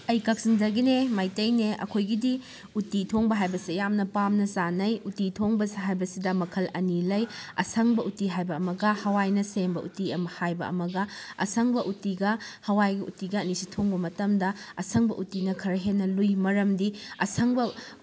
ꯑꯩ ꯀꯛꯆꯤꯡꯗꯒꯤꯅꯦ ꯃꯩꯇꯩꯅꯦ ꯑꯩꯈꯣꯏꯒꯤꯗꯤ ꯎꯇꯤ ꯊꯣꯡꯕ ꯍꯥꯏꯕꯁꯦ ꯌꯥꯝꯅ ꯄꯥꯝꯅ ꯆꯥꯅꯩ ꯎꯇꯤ ꯊꯣꯡꯕ ꯍꯥꯏꯕꯁꯤꯗ ꯃꯈꯜ ꯑꯅꯤ ꯂꯩ ꯑꯁꯪꯕ ꯎꯇꯤ ꯍꯥꯏꯕ ꯑꯃꯒ ꯍꯋꯥꯏꯅ ꯁꯦꯝꯕ ꯎꯇꯤ ꯑꯃ ꯍꯥꯏꯕ ꯑꯃꯒ ꯑꯁꯪꯕ ꯎꯇꯤꯒ ꯍꯋꯥꯏꯒꯤ ꯎꯇꯤꯒ ꯑꯅꯤꯁꯤ ꯊꯣꯡꯕ ꯃꯇꯝꯗ ꯑꯁꯪꯕ ꯎꯇꯤꯅ ꯈꯔ ꯍꯦꯟꯅ ꯂꯨꯏ ꯃꯔꯝꯗꯤ ꯑꯁꯪꯕ